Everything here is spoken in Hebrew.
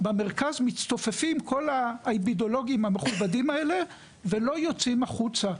במרכז מצטופפים כל האיבידולוגים המכובדים האלה ולא יוצאים החוצה.